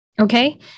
Okay